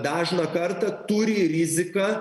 dažną kartą turi riziką